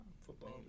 Football